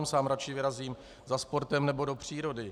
Sám raději vyrazím za sportem nebo do přírody.